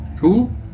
Cool